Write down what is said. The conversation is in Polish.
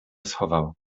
schował